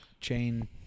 chain